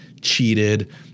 cheated